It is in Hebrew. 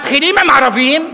מתחילים עם ערבים,